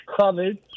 covered